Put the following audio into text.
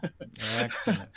Excellent